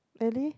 early